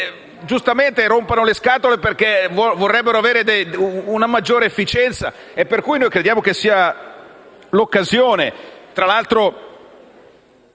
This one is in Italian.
giustamente, rompono le scatole perché vorrebbero avere una maggiore efficienza. Crediamo quindi che questa sia l'occasione